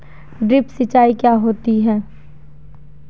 Drip सिंचाई क्या होती हैं?